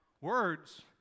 Words